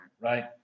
right